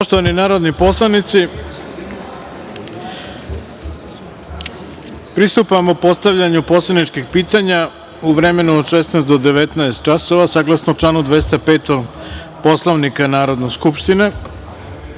Poštovani narodni poslanici, pristupamo postavljanju poslaničkih pitanja u vremenu od 16.00 do 19.00 časova, saglasno članu 205. Poslovnika Narodne skupštine. Da